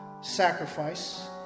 sacrifice